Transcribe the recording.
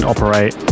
Operate